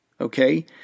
Okay